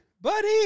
buddy